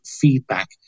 feedback